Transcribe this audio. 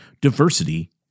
diversity